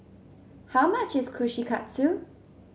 how much is Kushikatsu